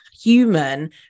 human